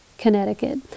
Connecticut